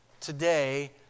today